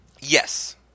Yes